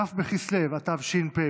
כ' בכסלו התשפ"ב,